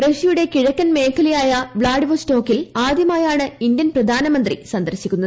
റഷ്യയുടെ കിഴക്കൻ മേഖലയായ വ് ളാഡിവോസ്റ്റോക്കിൽ ആദ്യമായാണ് ഇന്ത്യൻ പ്രധാനമന്ത്രി സന്ദർശിക്കുന്നത്